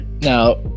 Now